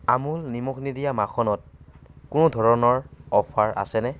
আমুল নিমখ নিদিয়া মাখনত কোনো ধৰণৰ অফাৰ আছেনে